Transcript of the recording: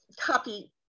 copy